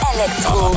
Electro